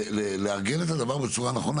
לארגן את הדבר בצורה נכונה.